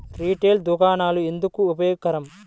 Retail దుకాణాలు ఎందుకు ఉపయోగకరం?